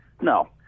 No